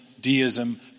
deism